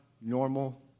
normal